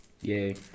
Yay